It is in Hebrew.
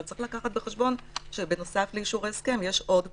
אבל צריך לקחת בחשבון שבנוסף לאישור ההסכם יש עוד פרמטרים.